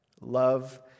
Love